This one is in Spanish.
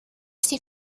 sin